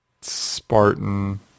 Spartan